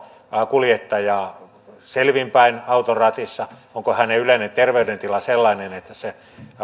kuljettaja selvin päin auton ratissa onko hänen yleinen terveydentilansa sellainen että se